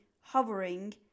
hovering